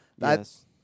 Yes